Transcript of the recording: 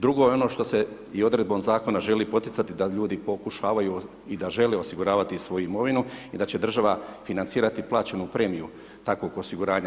Drugo je ono što se i odredbom zakona želi poticati, da ljudi pokušavaju i da žele osiguravati svoju imovinu i da će država financirati plaćenu premiju takvog osiguranja.